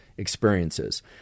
experiences